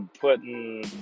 putting